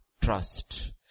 trust